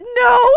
No